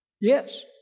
Yes